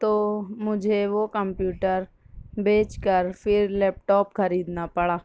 تو مجھے وہ کمپیوٹر بیچ کر پھر لیپ ٹاپ خریدنا پڑا